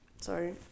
Sorry